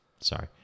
Sorry